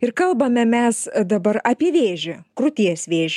ir kalbame mes dabar apie vėžį krūties vėžį